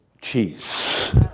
cheese